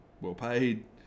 well-paid